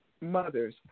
mothers